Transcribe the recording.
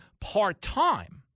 part-time